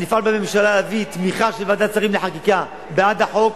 אני אפעל בממשלה להביא תמיכה של ועדת השרים לחקיקה בעד החוק,